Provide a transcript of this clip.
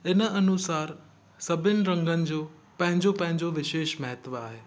हिन अनुसार सभिनी रंगनि जो पंहिंजो पंहिंजो विषेश महत्वु आहे